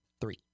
three